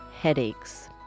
headaches